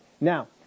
Now